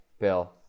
Bill